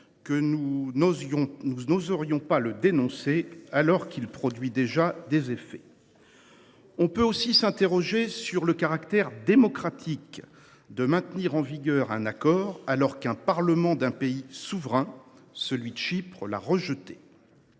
qu’ils n’oseront pas le dénoncer parce qu’il produit déjà des effets ? On peut aussi s’interroger sur le caractère démocratique du maintien en vigueur d’un accord qu’un Parlement d’un pays souverain – celui de Chypre – a rejeté.